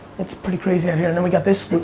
it's pretty crazy out here. then we got this group,